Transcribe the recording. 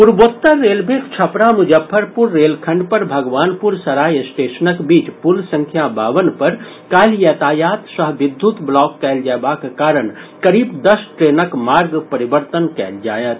पूर्वोत्तर रेलवेक छपरा मुजफ्फरपुर रेलखंड पर भगवानपुर सराय स्टेशनक बीच पुल संख्या बावन पर काल्हि यातायात सह विद्युत ब्लॉक कयल जयबाक कारण करीब दस ट्रेनक मार्ग परिवर्तन कयल जायत